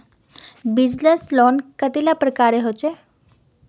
Business loan कतेला प्रकारेर होचे?